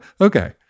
Okay